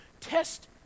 Test